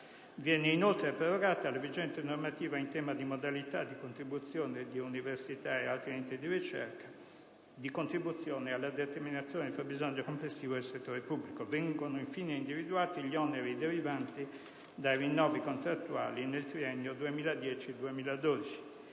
Viene inoltre prorogata la vigente normativa in tema di modalità di contribuzione di università e altri enti di ricerca alla determinazione del fabbisogno complessivo del settore pubblico. Vengono, infine, individuati gli oneri derivanti dai rinnovi contrattuali nel triennio 2010-2012